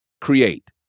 create